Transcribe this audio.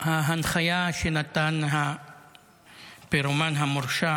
ההנחיה שנתן הפירומן המורשע